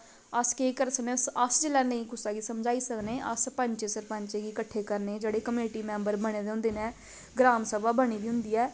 अस केह् करी सकने अस जिसलै नेईं कुसै गी समझाई सकने अस पंच सरपंच गी कट्ठे करने जेह्ड़े कमेटी मेम्बर बने दे होंदे न ग्राम सभा बनी दी होंदी ऐ